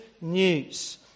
news